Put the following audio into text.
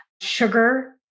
sugar